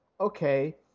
okay